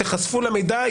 תיחשפו למידע,